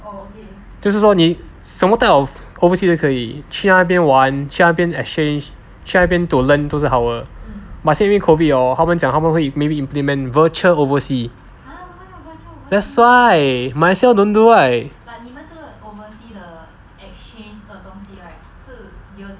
就是说你什么 type of oversea 都可以去那边玩去那边 exchange 去那边 to learn 都是好的 but 现在因为 COVID hor 他们讲他们会 maybe implement virtual oversea that's why might as well don't do right